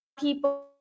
people